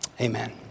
Amen